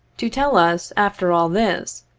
to tell us, after all this,